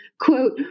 quote